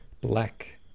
black